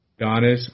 Donis